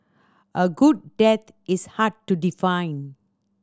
a good death is hard to define